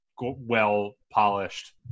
well-polished